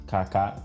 Kaka